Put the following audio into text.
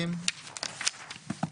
את יו"ר המועצה